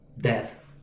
death